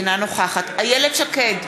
אינה נוכחת איילת שקד,